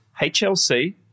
HLC